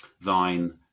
Thine